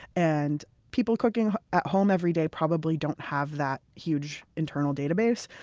and people cooking at home every day probably don't have that huge internal database.